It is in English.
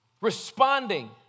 Responding